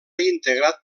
integrat